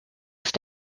ist